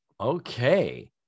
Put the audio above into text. Okay